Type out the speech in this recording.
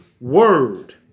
word